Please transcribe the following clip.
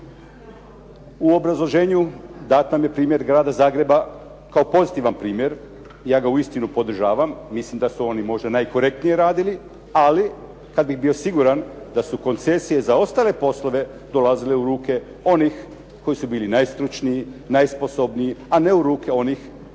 U obrazloženju dat nam je primjer grada Zagreba kao pozitivan primjer i ja ga uistinu podržavam. Mislim da su oni možda najkorektnije radili. Ali kad bih bio siguran da su koncesije za ostale poslove dolazile u ruke onih koji su bili najstručniji, najsposobniji, a ne u ruke onih kojima